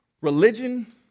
religion